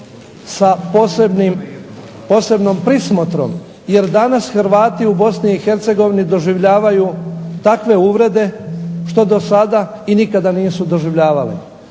sa posebnom prismotrom jer danas Hrvati u BiH doživljavaju takve uvrede što do sada i nikada nisu doživljavali.